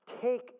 Take